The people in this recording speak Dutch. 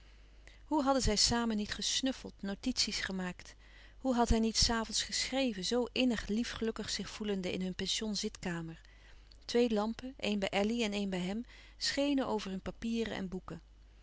hoe hadden zij samen niet gesnuffeld notitie's gemaakt hoe had hij niet s avonds geschreven zoo innig lief gelukkig zich voelende in hun pensionzitkamer twee lampen een bij elly en een bij hem schenen over hun papieren en boeken